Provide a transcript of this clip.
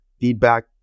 feedback